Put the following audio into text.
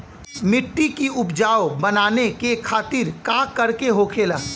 मिट्टी की उपजाऊ बनाने के खातिर का करके होखेला?